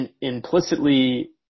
implicitly